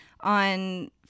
on